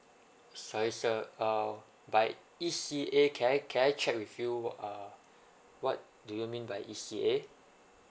size uh bike E_C_A can I can I check with you what uh what do you mean by E_C_A